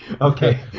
Okay